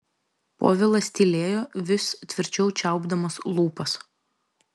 povilas tylėjo vis tvirčiau čiaupdamas lūpas